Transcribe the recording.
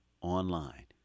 online